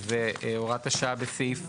שזה הוראת השעה בסעיף